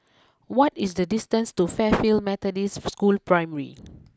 what is the distance to Fairfield Methodist School Primary